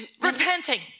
repenting